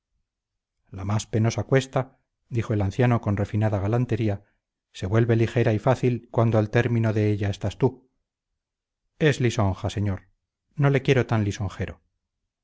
la más penosa cuesta dijo el anciano con refinada galantería se vuelve ligera y fácil cuando al término de ella estás tú es lisonja señor no le quiero tan